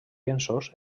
llenços